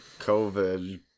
covid